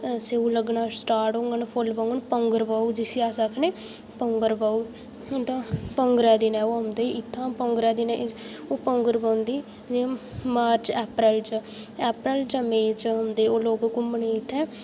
स्यौ लग्गना स्टार्ट होङन फुल्ल पौंह्ङन पौंगर पौग जिसी अस आखने पौंगर पौग न तां पौंगरै दे दिन औंदे इत्थै पौंगरें दे दिनें ओह् पौंगर पौंदी जि'यां मार्च ऐप्रल च ऐप्रल जां मेई च औंदे ओह् लोक घुम्मने ई इत्थैं